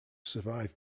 survived